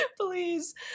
Please